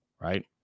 Right